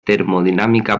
termodinámica